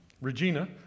Regina